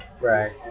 right